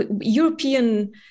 European